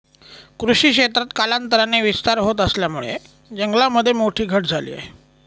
कृषी क्षेत्रात कालांतराने विस्तार होत असल्यामुळे जंगलामध्ये मोठी घट झाली आहे